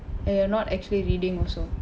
and you're not actually reading also